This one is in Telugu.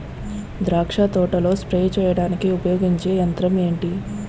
ద్రాక్ష తోటలో స్ప్రే చేయడానికి ఉపయోగించే యంత్రం ఎంటి?